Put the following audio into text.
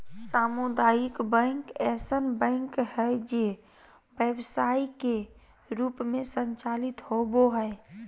सामुदायिक बैंक ऐसन बैंक हइ जे व्यवसाय के रूप में संचालित होबो हइ